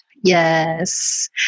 Yes